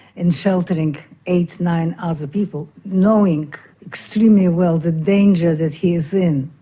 in sheltering eight, nine other people knowing extremely well the dangers that he is in.